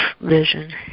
vision